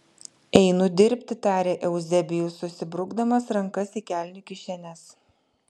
einu dirbti tarė euzebijus susibrukdamas rankas į kelnių kišenes